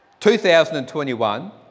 2021